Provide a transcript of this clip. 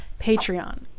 patreon